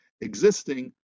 existing